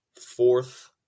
Fourth